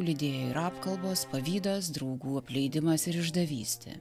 lydėjo ir apkalbos pavydas draugų apleidimas ir išdavystė